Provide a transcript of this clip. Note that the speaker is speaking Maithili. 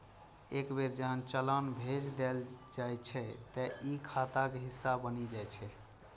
एक बेर जहन चालान भेज देल जाइ छै, ते ई खाताक हिस्सा बनि जाइ छै